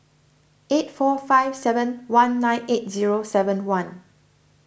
eight four five seven one nine eight zero seven one